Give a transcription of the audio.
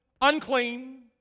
unclean